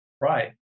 Right